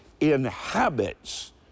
inhabits